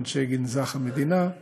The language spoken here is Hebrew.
מאנשי גנזך המדינה.